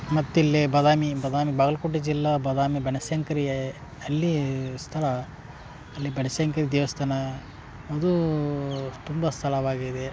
ಮತ್ತಿಲ್ಲಿ ಬಾದಾಮಿ ಬಾದಾಮಿ ಬಾಗಲ್ಕೋಟೆ ಜಿಲ್ಲ ಬಾದಾಮಿ ಬನಶಂಕ್ರಿ ಅಲ್ಲಿ ಸ್ಥಳ ಅಲ್ಲಿ ಬನಶಂಕ್ರಿ ದೇವಸ್ಥಾನ ಅದು ತುಂಬ ಸ್ಥಳವಾಗಿದೆ